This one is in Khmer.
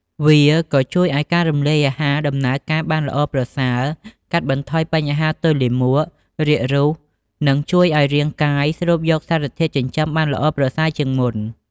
វាក៏ជួយឲ្យការរំលាយអាហារដំណើរការបានល្អប្រសើរ កាត់បន្ថយបញ្ហាទល់លាមក រាគរូស និងជួយឲ្យរាងកាយស្រូបយកសារធាតុចិញ្ចឹមបានល្អប្រសើរជាងមុន។